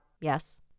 Yes